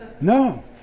No